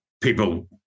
people